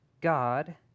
God